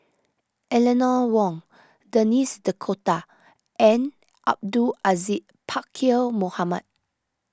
Eleanor Wong Denis D'Cotta and Abdul Aziz Pakkeer Mohamed